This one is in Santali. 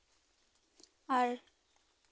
ᱟᱨ